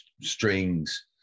strings